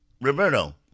Roberto